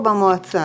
או במועצה?